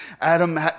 Adam